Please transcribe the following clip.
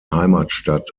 heimatstadt